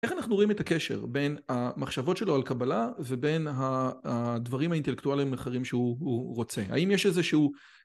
איך אנחנו רואים את הקשר בין המחשבות שלו על קבלה, ובין הדברים האינטלקטואליים האחרים שהוא רוצה. האם יש איזה שהוא